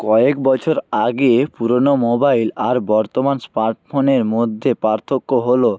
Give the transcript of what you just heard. কয়েক বছর আগে পুরনো মোবাইল আর বর্তমান স্মার্ট ফোনের মধ্যে পার্থক্য হলো